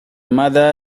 mother